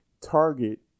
target